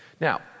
Now